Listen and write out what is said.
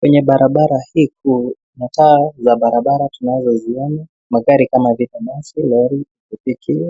Kwenye barabara hii kuu; mataa ya barabara tunazoziona, magari kama vile moshi, lori,